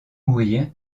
mourir